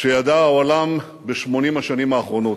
שידע העולם ב-80 השנים האחרונות.